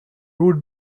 root